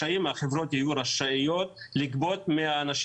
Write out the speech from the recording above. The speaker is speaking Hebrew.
שהחברות יהיו רשאיות לגבות מהחייבים